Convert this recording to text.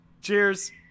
cheers